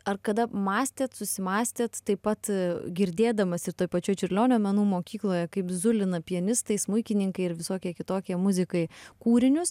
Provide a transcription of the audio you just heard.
ar kada mąstėt susimąstėt taip pat girdėdamas ir toje pačioj čiurlionio menų mokykloj kaip zulina pianistai smuikininkai ir visokie kitokie muzikai kūrinius